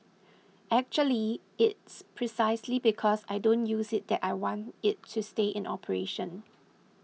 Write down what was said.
actually it's precisely because I don't use it that I want it to stay in operation